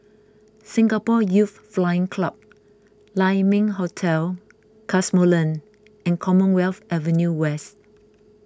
Singapore Youth Flying Club Lai Ming Hotel Cosmoland and Commonwealth Avenue West